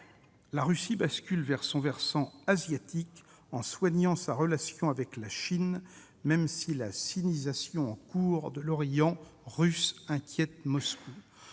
La Russie bascule sur son versant asiatique en soignant sa relation avec la Chine, même si la sinisation en cours de l'orient russe inquiète Moscou.